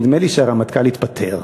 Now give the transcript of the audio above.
נדמה לי שהרמטכ"ל יתפטר,